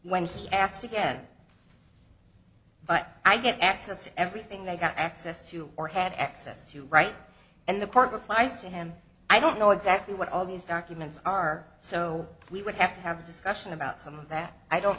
when he asked again i get access to everything they got access to or had access to right and the part applies to him i don't know exactly what all these documents are so we would have to have a discussion about something that i don't